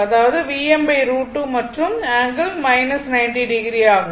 அதாவது Vm √2 மற்றும் ∠ 90o ஆகும்